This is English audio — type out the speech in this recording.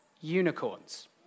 unicorns